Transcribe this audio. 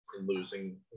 losing